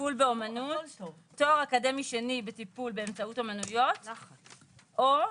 "טיפול באמנות תואר אקדמי שני בטיפול באמצעות אמנויות" או,